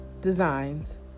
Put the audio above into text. Designs